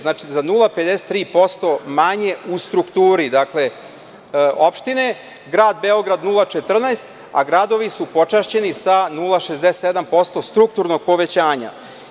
Znači, za 0,53% manje u strukturi opštine, grad Beograd 0,14%, a gradovi su počašćeni sa 0,67% strukturnog povećanja.